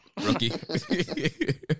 Rookie